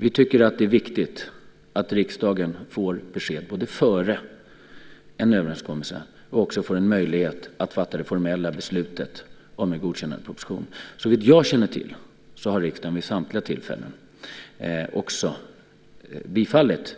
Vi tycker att det är viktigt att riksdagen både får besked före en överenskommelse och också får en möjlighet att fatta det formella beslutet om godkännande av den efter en proposition. Såvitt jag känner till har riksdagen vid samtliga tillfällen bifallit